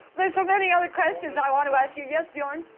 there's so many other questions i want to ask you. yes, bjorn?